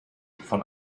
von